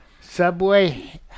Subway